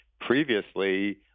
previously